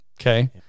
Okay